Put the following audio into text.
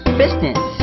business